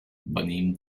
venim